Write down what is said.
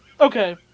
okay